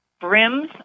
brims